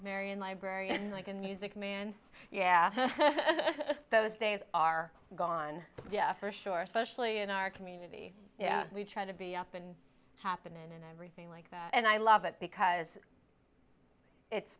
arion librarian like in music man yeah those days are gone yeah for sure especially in our community we try to be up and happen in anything like that and i love it because it's